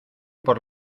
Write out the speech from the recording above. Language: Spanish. por